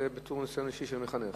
זה מתוך ניסיון אישי של מחנך.